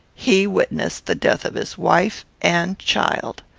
he witnessed the death of his wife and child,